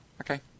Okay